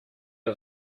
out